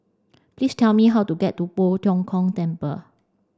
please tell me how to get to Poh Tiong Kiong Temple